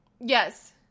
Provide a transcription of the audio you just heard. Yes